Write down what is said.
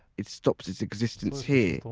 it stops its existence here,